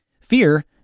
Fear